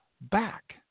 back